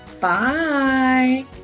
bye